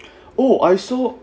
oh I saw